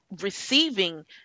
receiving